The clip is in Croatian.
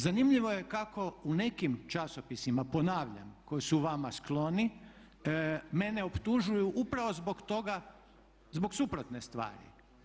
Zanimljivo je kako u nekim časopisima, ponavljam koji su vama skloni, mene optužuju upravo zbog toga, zbog suprotne stvari.